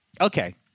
Okay